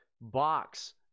box